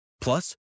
Plus